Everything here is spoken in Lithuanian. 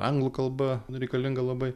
anglų kalba reikalinga labai